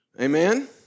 Amen